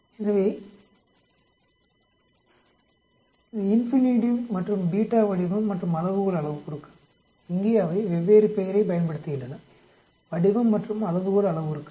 எனவே α மற்றும் β வடிவம் மற்றும் அளவுகோள் அளவுருக்கள் இங்கே அவை வெவ்வேறு பெயரை பயன்படுத்துகின்றன வடிவம் மற்றும் அளவுகோள் அளவுருக்கள்